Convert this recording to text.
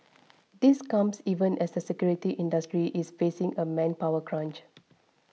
this comes even as the security industry is facing a manpower crunch